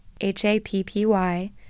H-A-P-P-Y